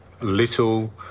little